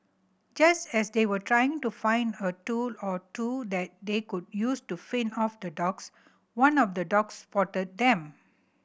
just as they were trying to find a tool or two that they could use to fend off the dogs one of the dogs spotted them